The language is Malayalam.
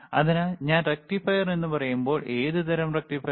അതിനാൽ ഞാൻ റക്റ്റിഫയർ എന്ന് പറയുമ്പോൾ ഏത് തരം റക്റ്റിഫയർ